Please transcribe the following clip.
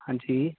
hello आं जी